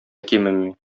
кимеми